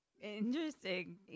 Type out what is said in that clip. Interesting